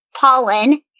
pollen